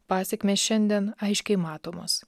pasekmės šiandien aiškiai matomos